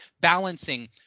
balancing